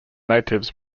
natives